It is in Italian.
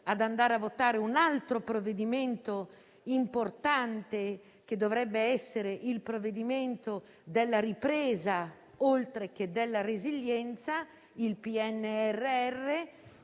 prossime ore, un altro provvedimento importante, che dovrebbe essere il provvedimento della ripresa oltre che della resilienza, il PNRR,